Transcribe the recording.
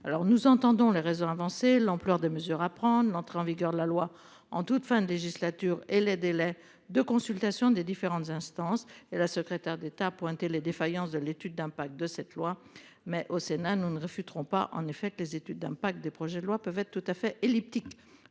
nous entendons les raisons avancées, l'ampleur des mesures à prendre. L'entrée en vigueur de la loi en toute fin de législature et les délais de consultation des différentes instances et la secrétaire d'État pointé les défaillances de l'étude d'impact de cette loi mais au Sénat nous ne refus trompe pas en effet que les études d'impact des projets de loi peuvent être tout à fait elliptique.